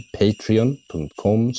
patreon.com